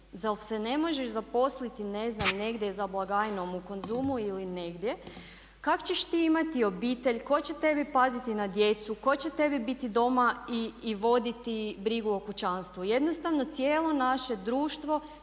zar se ne možeš zaposliti ne znam negdje za blagajnom u Konzumu ili negdje, kak' ćeš ti imati obitelj, ko će tebi paziti na djecu, ko će tebi biti doma i voditi brigu o kućanstvu. Jednostavno cijelo naše društvo